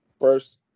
first